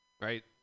right